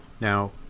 Now